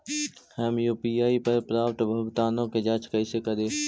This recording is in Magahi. हम यु.पी.आई पर प्राप्त भुगतानों के जांच कैसे करी?